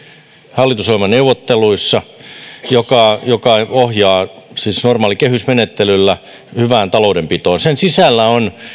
hallitusohjelmaneuvotteluissa ja joka ohjaa siis normaalilla kehysmenettelyllä hyvään taloudenpitoon sen sisällä on